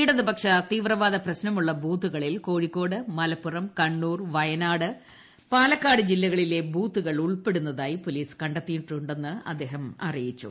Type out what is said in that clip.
ഇടതുപക്ഷ തീവ്രവാദ പ്രശ്നമുള്ള ബൂത്തുകളിൽ കോഴിക്കോട് മലപ്പുറം കണ്ണൂർ വയനാട് പാലക്കാട് ജില്ലകളിലെ ബൂത്തുകൾ ഉൾപ്പെടുന്നതായി പോലീസ് കണ്ടെത്തിയിട്ടുണ്ടെന്ന് അദ്ദേഹം പറഞ്ഞു